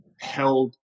held